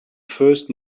first